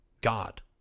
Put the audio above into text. God